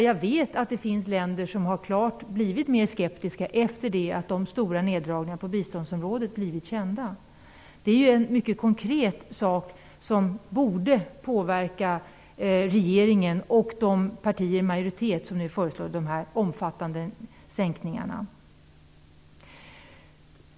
Jag vet att det finns länder som blivit klart mer skeptiska efter att de stora neddragningarna på biståndsområdet blivit kända. Det är ju en mycket konkret sak som borde påverka regeringen och de partier i majoritet som nu föreslår dessa omfattande sänkningar.